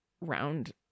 round